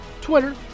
twitter